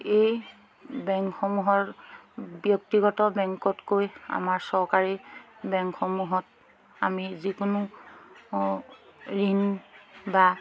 এই বেংকসমূহৰ ব্যক্তিগত বেংকতকৈ আমাৰ চৰকাৰী বেংকসমূহত আমি যিকোনো ঋণ বা